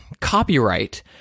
copyright